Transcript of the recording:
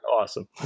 awesome